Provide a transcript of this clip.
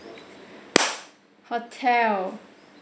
hotel